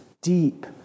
deep